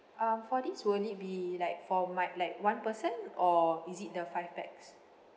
um for this will it be like for my like one person or is it the five pax